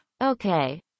Okay